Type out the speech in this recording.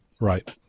Right